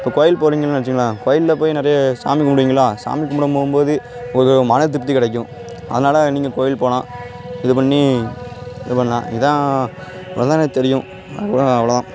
இப்போ கோயில் போகறீங்கனு வச்சுக்கங்களேன் கோயிலில் போய் நிறைய சாமி கும்பிடுவீங்களா சாமி கும்பிடம்போம்போது ஒரு மனத் திருப்தி கிடைக்கும் அதனால் நீங்கள் கோயில் போகலாம் இது பண்ணி இது பண்ணலாம் இதான் இவ்வளோதான் எனக்கு தெரியும் அவ்வளோதான்